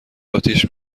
اتیش